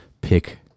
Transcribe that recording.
pick